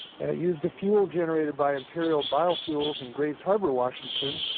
and it used a fuel generated by imperium biofuels in grace harbor, washington,